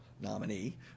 nominee